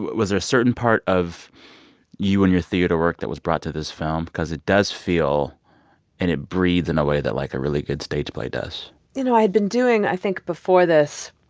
was there a certain part of you and your theater work that was brought to this film? because it does feel and it breathes in a way that, like, a really good stage play does you know, i had been doing i think, before this,